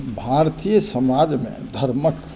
भारतीय समाजमे धर्मके